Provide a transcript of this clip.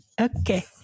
Okay